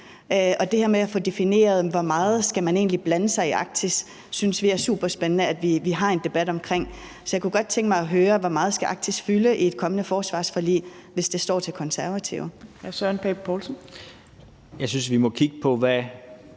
det her med at få defineret, hvor meget man egentlig skal blande sig i Arktis, synes vi det er superspændende at vi har en debat om. Så jeg kunne godt tænke mig at høre: Hvor meget skal Arktis fylde i et kommende forsvarsforlig, hvis det står til Konservative? Kl. 15:45 Tredje næstformand (Trine Torp): Hr.